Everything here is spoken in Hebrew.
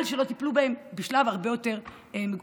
שלא טיפלו בהם בשלב הרבה יותר מקדמי,